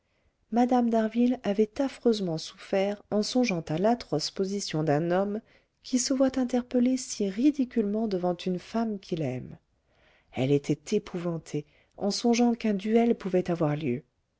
mme d'harville avait affreusement souffert en songeant à l'atroce position d'un homme qui se voit interpellé si ridiculement devant une femme qu'il aime elle était épouvantée en songeant qu'un duel pouvait avoir lieu